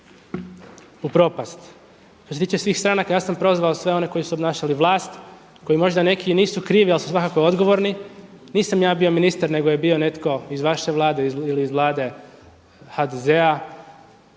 u propast. Što se tiče svih stranaka, ja sam prozvao sve one koji su obnašali vlast, koji možda neki i nisu krivi ali su svakako odgovorni. Nisam ja bio ministar nego je bio netko iz vaše Vlade ili iz Vlade HDZ-a,